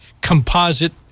composite